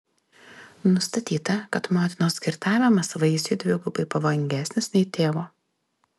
nustatyta kad motinos girtavimas vaisiui dvigubai pavojingesnis nei tėvo